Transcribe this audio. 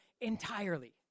entirely